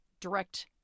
direct